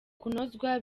kunozwa